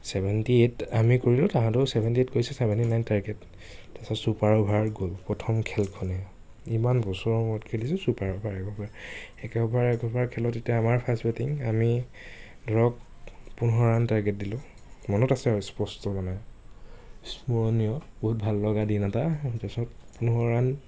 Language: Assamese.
চেভেন্টি এইট আমি কৰিলোঁ তাহাঁতেও চেভেন্টি এইট কৰিছে চেভেন্টি নাইন টাৰ্গেট তাৰপিছত চুপাৰ অভাৰ গ'ল প্ৰথম খেলখনে ইমান বছৰৰ মূৰত খেলিছোঁ চুপাৰ অভাৰ এক অভাৰ সেই এক অভাৰ এক অভাৰ খেলত এতিয়া আমাৰ ফাৰ্ষ্ট বেটিং আমি ধৰক পোন্ধৰ ৰাণ টাৰ্গেট দিলোঁ মনত আছে আৰু স্পষ্ট মানে স্মৰণীয় বহুত ভাল লগা দিন এটা তাৰপিছত পোন্ধৰ ৰাণ